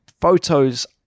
photos